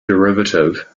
derivative